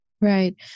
Right